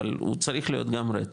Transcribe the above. אבל הוא צריך להיות גם רטרו,